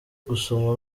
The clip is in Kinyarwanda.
gusoma